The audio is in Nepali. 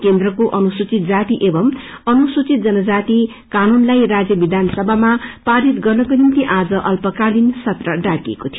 केन्द्रको अनुसूचित जाति एवं अनुसूचित जनजाति कानूनलाई राज्य विधासभामा परित गर्नको निम्ति आज अल्पकालिन सत्र आयोजित गरिएको थियो